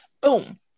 Boom